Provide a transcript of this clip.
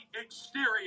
exterior